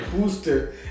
booster